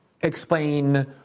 explain